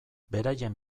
beraien